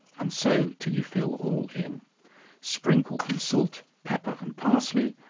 and so till you fill all in sprinkle in salt, pepper and parsley,